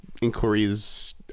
inquiries